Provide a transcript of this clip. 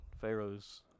Pharaoh's